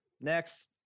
Next